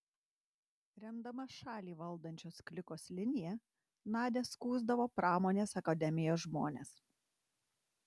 remdama šalį valdančios klikos liniją nadia skųsdavo pramonės akademijos žmones